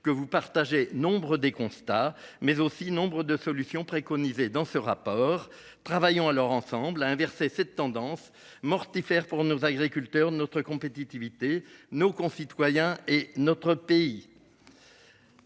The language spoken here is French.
que vous partagez nombre des constats mais aussi nombre de solutions préconisées dans ce rapport travaillant à leur ensemble à inverser cette tendance mortifère pour nos agriculteurs notre compétitivité, nos concitoyens et notre pays.